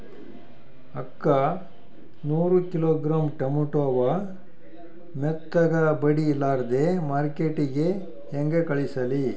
ಅಕ್ಕಾ ನೂರ kilogram tomato ಅವ, ಮೆತ್ತಗಬಡಿಲಾರ್ದೆ ಮಾರ್ಕಿಟಗೆ ಹೆಂಗ ಕಳಸಲಿ?